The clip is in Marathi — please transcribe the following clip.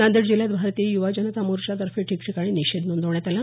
नांदेड जिल्ह्यात भारतीय युवा जनता मोर्चातर्फे ठिकठिकाणी निषेध नोंदवण्यात आला